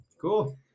Cool